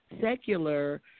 secular